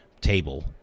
table